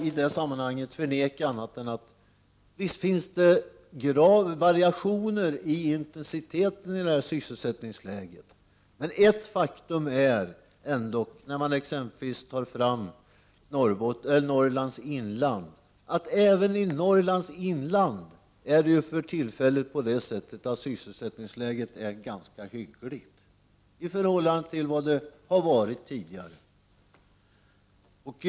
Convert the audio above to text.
I det sammanhanget skall jag inte förneka att det finns variationer i intensiteten i sysselsättningsgrad, men ett faktum är ändå, när man exempelvis berör Norrlands inland, att även i Norrlands inland sysselsättningsläget för närvarande faktiskt är ganska hyggligt i förhållande till vad det har varit tidigare.